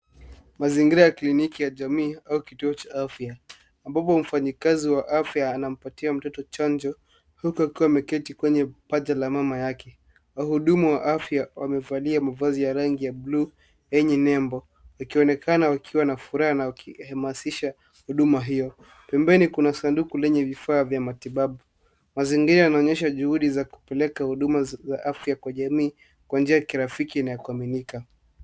Mazingira ya kliniki ya jamii au kituo cha afya, ambapo mfanyakazi wa afya anampatia mtoto chanjo huku akiwa ameketi kwenye paja la mama yake. Wahudumu wa afya wamevalia mavazi ya rangi ya blue yenye nembo, wakionekana wakiwa na furaha na wakihemasisha huduma hiyo. Pembeni kuna sanduku lenye vifaa vya matibabu. Mazingira yanaonyesha juhudi za kupeleka huduma za afya kwa jamii kwa njia ya kirafiki inayokuaminika.